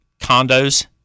condos